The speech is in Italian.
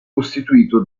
costituito